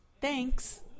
Thanks